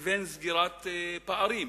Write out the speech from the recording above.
לבין סגירת פערים,